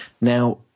Now –